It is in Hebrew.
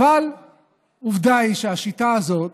עובדה היא שהשיטה הזאת